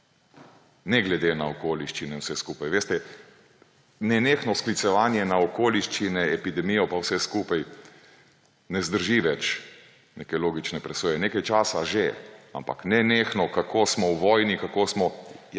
Ne glede na okoliščine in vse skupaj. Veste, nenehno sklicevanje na okoliščine, epidemijo in vse skupaj ne zdrži več neke logične presoje. Nekaj časa že, ampak nenehno, kako smo v vojni, kako smo